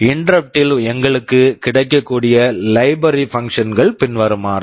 interrupt interrupt ல் எங்களுக்கு கிடைக்கக்கூடிய லைப்ரரி பங்ஷன்ஸ் library functions கள் பின்வருமாறு